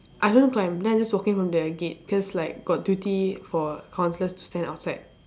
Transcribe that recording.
I don't climb then I just walk in from the gate cause like got duty for counsellors to stand outside